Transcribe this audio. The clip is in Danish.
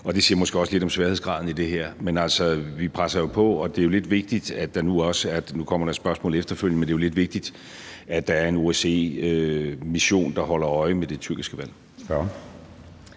Og det siger måske også lidt om sværhedsgraden i det her. Men altså, vi presser på, og det er jo lidt vigtigt, at der nu også er – og nu kommer der et spørgsmål efterfølgende – en OSCE-mission, der holder øje med det tyrkiske valg.